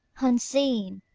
unseen!